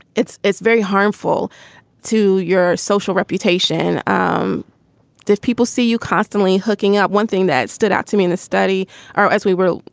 it's it's very harmful to your social reputation. um if people see you constantly hooking up, one thing that stood out to me in this study ah as we were,